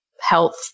health